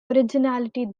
originality